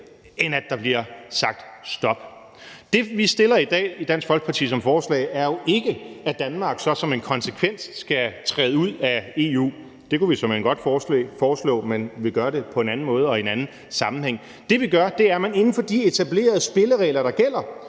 at der bliver sagt stop. Det, vi i dag i Dansk Folkeparti har fremsat som forslag, er jo ikke, at Danmark så som en konsekvens skal træde ud af EU. Det kunne vi såmænd godt foreslå, men vi gør det på en anden måde og i en anden sammenhæng. Det, vi gør, er, at vi foreslår, at man inden for de etablerede spilleregler, der gælder,